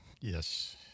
Yes